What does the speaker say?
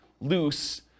loose